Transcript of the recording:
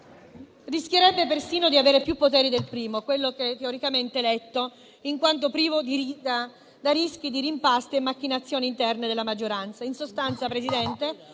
Rischierebbe persino di avere più poteri del primo, quello teoricamente eletto, in quanto esente da rischi di rimpasti e macchinazioni interne della maggioranza.